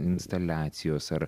instaliacijos ar